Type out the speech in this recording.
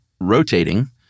rotating